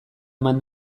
eman